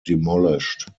demolished